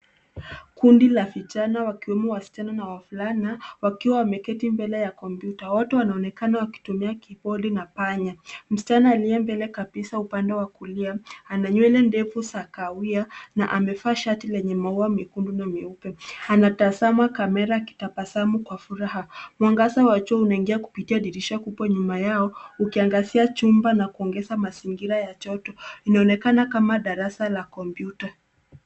Kundi la vijana wakiwemo wasichana na wavulana wakiwa wameketi mbele ya kompyuta wote wanaonekana wakitumia kibodi na panya. Msichana aliye mbele kabisa upande wa kulia ana nywele ndefu za kahawia na amevaa shati lenye maua mekundu na meupe anatazama kamera akitabasamu kwa furaha. Mwangaza wa jua unaingia kupitia dirisha kubwa nyuma yao ukiangazia chumba na kuongeza mazingira ya joto. Inaonekana kama darasa la kompyuta.